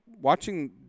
watching